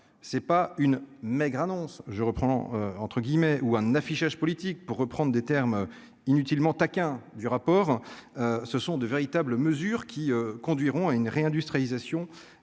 je reprends entre guillemets ou un affichage politique pour reprendre des termes inutilement taquin du rapport, ce sont de véritables mesures qui conduiront à une réindustrialisation